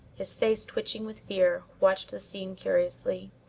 his face twitching with fear, watched the scene curiously.